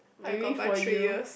waiting for you